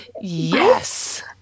Yes